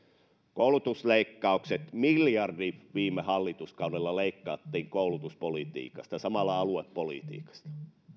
koulutusleikkaukset miljardi viime hallituskaudella leikattiin koulutuspolitiikasta ja samalla aluepolitiikasta